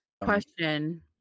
Question